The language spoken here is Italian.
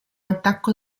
attacco